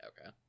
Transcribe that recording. Okay